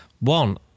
One